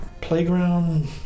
playground